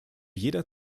jeder